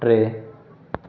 टे